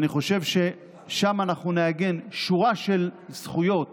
אני חושב ששם נעגן שורה של זכויות